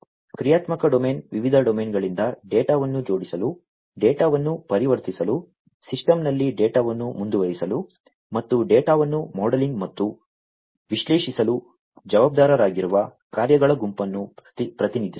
ಕ್ರಿಯಾತ್ಮಕ ಡೊಮೇನ್ ವಿವಿಧ ಡೊಮೇನ್ಗಳಿಂದ ಡೇಟಾವನ್ನು ಜೋಡಿಸಲು ಡೇಟಾವನ್ನು ಪರಿವರ್ತಿಸಲು ಸಿಸ್ಟಮ್ನಲ್ಲಿ ಡೇಟಾವನ್ನು ಮುಂದುವರಿಸಲು ಮತ್ತು ಡೇಟಾವನ್ನು ಮಾಡೆಲಿಂಗ್ ಮತ್ತು ವಿಶ್ಲೇಷಿಸಲು ಜವಾಬ್ದಾರರಾಗಿರುವ ಕಾರ್ಯಗಳ ಗುಂಪನ್ನು ಪ್ರತಿನಿಧಿಸುತ್ತದೆ